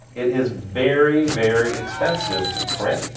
it is very, very expensive to print,